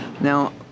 Now